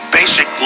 basic